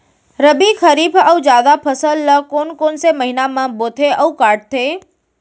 रबि, खरीफ अऊ जादा फसल ल कोन कोन से महीना म बोथे अऊ काटते?